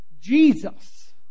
Jesus